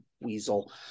weasel